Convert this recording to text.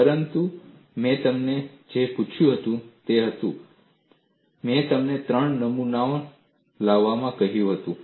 પરંતુ મેં તમને જે પૂછ્યું હતું તે હતું મેં તમને 3 નમૂનાઓ લાવવાનું કહ્યું હતું